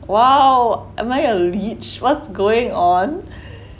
!wow! am I a leech what's going on